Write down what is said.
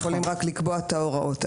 הם יכולים רק לקבוע את ההוראות,